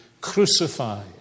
crucified